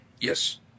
Yes